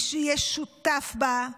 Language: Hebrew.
מי שיהיה שותף בה,